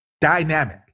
dynamic